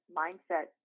mindset